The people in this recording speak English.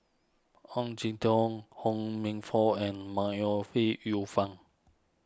Ong Jin Teong Ho Minfong and May Ooi Yu Fen